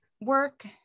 work